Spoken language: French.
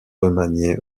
remanié